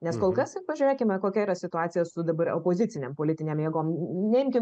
nes kol kas pažiūrėkime kokia yra situacija su dabar opozicinėm politinėm jėgom neimkim